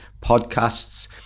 podcasts